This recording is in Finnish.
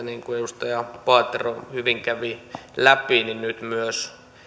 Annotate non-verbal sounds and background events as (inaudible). (unintelligible) niin kuin edustaja paatero hyvin kävi läpi että nyt myös